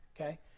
okay